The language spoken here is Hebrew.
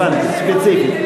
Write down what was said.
הבנתי, ספציפית.